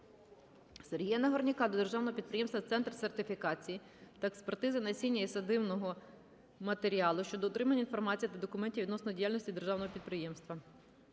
Сергія Нагорняка до Державного підприємства "Центр сертифікації та експертизи насіння і садивного матеріалу" щодо отримання інформації та документів відносно діяльності державного підприємства.